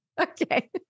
Okay